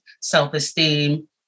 self-esteem